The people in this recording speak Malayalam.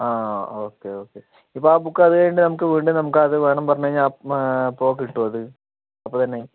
ആ ഓക്കെ ഓക്കെ ഇപ്പോൾ ആ ബുക്ക് അതു കഴിഞ്ഞിട്ട് നമുക്ക് വീണ്ടും നമുക്ക് അത് വേണം പറഞ്ഞു കഴിഞ്ഞാൽ ഇപ്പോൾ കിട്ടുമോ അത് അപ്പോൾ തന്നെ